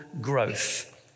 growth